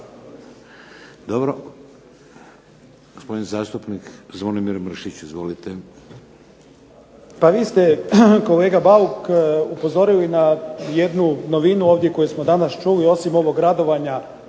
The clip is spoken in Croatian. Dobro, gospodin zastupnik Zvonimir Mršić. Izvolite. **Mršić, Zvonimir (SDP)** Pa vi ste kolega Bauk upozorili na jednu novinu ovdje koju smo danas čuli, osim ovog radovanja